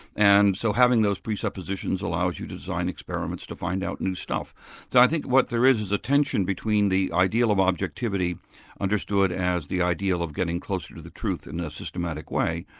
and so having those presuppositions allows you to design experiments to find out new stuff. so i think what there is, is a tension between the ideal of objectivity understood as the ideal of getting closer to the truth in a systematic way,